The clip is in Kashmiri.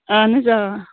اَہن حظ آ